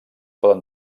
poden